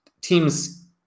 teams